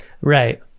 right